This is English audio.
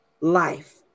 life